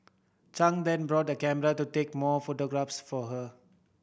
Chang then bought a camera to take more photographs for her